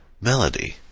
Melody